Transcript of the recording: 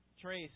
trace